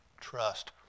trust